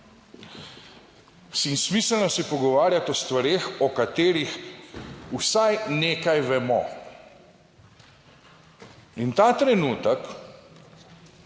smiselno se je pogovarjati o stvareh, o katerih vsaj nekaj vemo. In ta trenutek